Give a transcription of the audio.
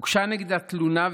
הוגשה נגדה תלונה,